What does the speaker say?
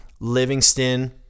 Livingston